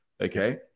okay